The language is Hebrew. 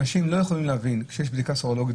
אנשים לא יכולים להבין שיש בדיקה סרולוגית